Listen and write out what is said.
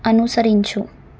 అనుసరించు